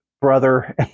brother